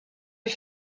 est